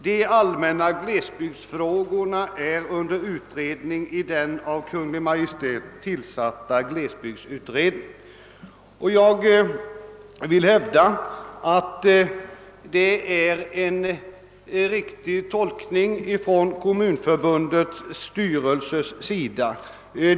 De allmänna glesbygdsfrågorna är under utredning i den av Kungl. Maj:t tillsatta glesbygdsutredningen.» Jag vill hävda att den tolkning som Kommunförbundets styrelse gjort är riktig.